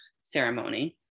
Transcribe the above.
ceremony